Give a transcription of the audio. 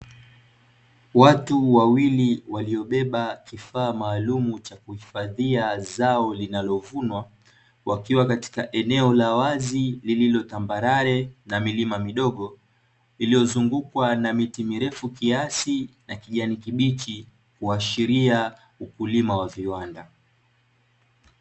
Watu wawili waliobeba kifaa maalumu cha kuhifadhia zao linalovunwa, wakiwa katika eneo la wazi lililo tambarare na milima midogo, iliyozungukwa na miti mirefu kiasi na kijani kibichi, kuashiria ukulima wa viwanda.